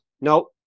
Nope